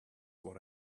what